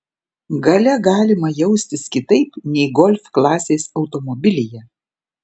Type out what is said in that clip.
gale galima jaustis kitaip nei golf klasės automobilyje